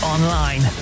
Online